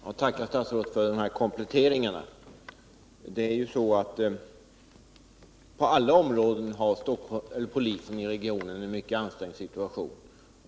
Herr talman! Jag tackar statsrådet för dessa kompletteringar. På alla områden har polisen i regionen en mycket ansträngd situation.